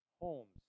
homes